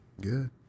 Good